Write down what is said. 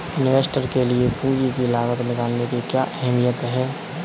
Investor के लिए पूंजी की लागत निकालने की क्या अहमियत है?